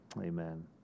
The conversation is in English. Amen